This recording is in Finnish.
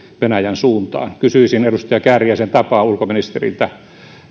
venäjän suuntaan kysyisin edustaja kääriäisen tapaan ulkoministeriltä